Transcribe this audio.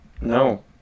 no